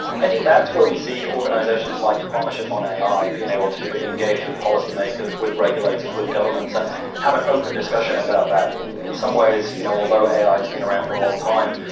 i think that's where we see organisations like the partnership on ai being able to engage with policymakers, with regulators, with government, and have an open discussion about that. in in some ways, you know although ai has been around for a long time,